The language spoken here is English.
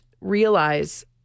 realize